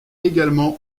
également